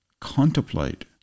contemplate